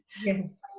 Yes